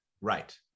Right